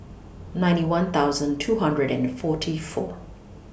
ninety one thousand two hundred and forty four